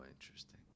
interesting